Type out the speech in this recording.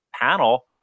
panel